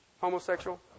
homosexual